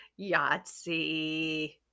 Yahtzee